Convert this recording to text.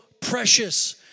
precious